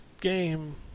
game